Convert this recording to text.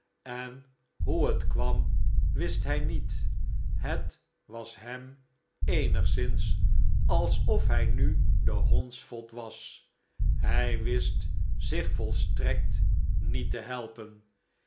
en hoe het kwam wist hij niet het was hern eenigszins alsof h ij nu de hondsvot was hij wist zich volstrekt niet te helpen